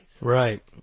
Right